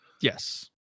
Yes